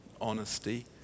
honesty